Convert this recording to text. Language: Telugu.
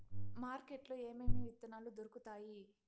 మార్కెట్ లో ఏమేమి విత్తనాలు దొరుకుతాయి